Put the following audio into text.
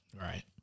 Right